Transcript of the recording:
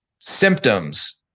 symptoms